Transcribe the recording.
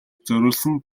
зориулсан